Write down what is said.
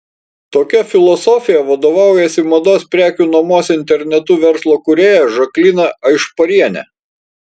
tokia filosofija vadovaujasi mados prekių nuomos internetu verslo kūrėja žaklina aišparienė